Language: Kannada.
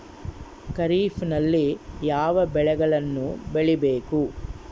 ಖಾರೇಫ್ ನಲ್ಲಿ ಯಾವ ಬೆಳೆಗಳನ್ನು ಬೆಳಿಬೇಕು?